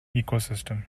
ecosystem